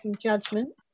judgment